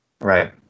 Right